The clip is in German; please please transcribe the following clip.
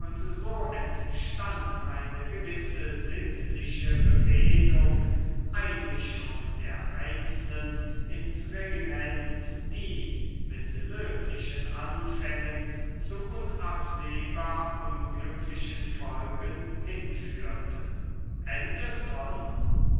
so entstand eine gewisse sittliche befehdung einmischung der einzelnen ins regiment die mit löblichen anfängen zu unabsehbar unglücklichen folgen hinführte